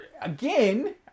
again